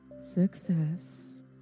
success